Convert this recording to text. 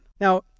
Now